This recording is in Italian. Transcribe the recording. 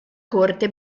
corte